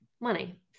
money